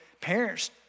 parents